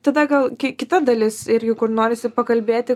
tada gal ki kita dalis irgi kur norisi pakalbėti